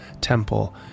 Temple